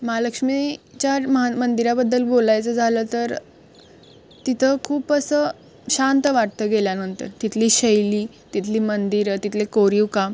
महालक्ष्मी च्या महान मंदिराबद्दल बोलायचं झालं तर तिथं खूप असं शांत वाटतं गेल्यानंतर तिथली शैली तिथली मंदिरं तिथले कोरीवकाम